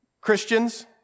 Christians